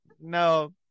no